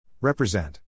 Represent